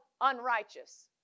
unrighteous